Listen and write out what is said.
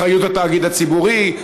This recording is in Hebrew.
אחריות התאגיד הציבורי,